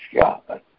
God